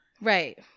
Right